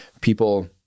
people